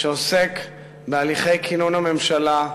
שעוסק בהליכי כינון הממשלה,